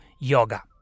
yoga